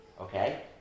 Okay